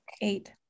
eight